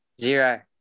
Zero